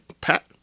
Pat